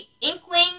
Inkling